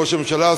ראש הממשלה,